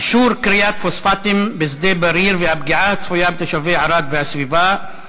אישור כריית פוספטים בשדה-בריר והפגיעה הצפויה בתושבי ערד והסביבה,